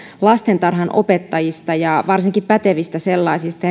lastentarhanopettajista ja varsinkin pätevistä sellaisista